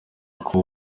kuba